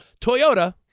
Toyota